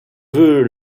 veut